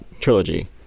trilogy